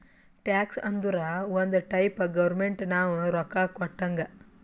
tax ಅಂದುರ್ ಒಂದ್ type government ನಾವು ರೊಕ್ಕಾ ಕೊಟ್ಟಂಗ್